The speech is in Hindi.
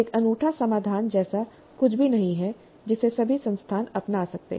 एक अनूठा समाधान जैसा कुछ भी नहीं है जिसे सभी संस्थान अपना सकते हैं